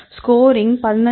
scoring 12